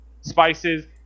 spices